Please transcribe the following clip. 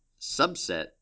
subset